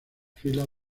filas